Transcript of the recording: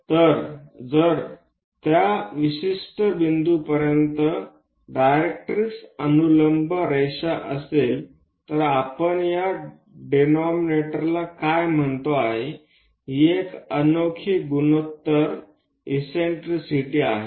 तर जर त्या विशिष्ट बिंदूपर्यंत उभी डायरेक्ट्रिक्स रेषा असेल तर आपण या डेनॉमिनटोरला काय म्हणतो आहोत ही एक अनोखी गुणोत्तर इससेन्ट्रिसिटी आहे